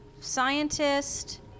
scientist